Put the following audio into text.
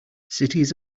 cities